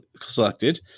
selected